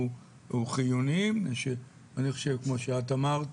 כמו שאת אמרת,